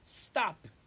stop